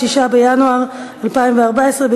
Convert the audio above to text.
6 בינואר 2014,